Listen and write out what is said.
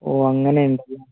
ഓ അങ്ങനെയുണ്ടല്ലേ